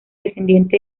descendiente